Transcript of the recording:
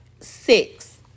Six